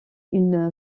une